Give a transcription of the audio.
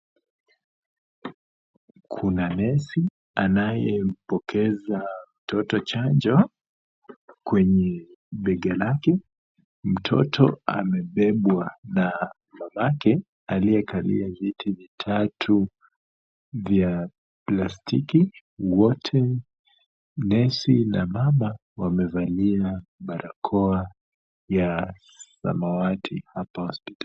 Kuna nesi anayempokeza mtoto chanjo kwenye bega lake, mtoto amebebwa na mamake aliyekalia viti vitatu vya plastiki. Wote, nesi na mama wamevalia barakoa ya samawati hapa hospitalini.